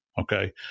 okay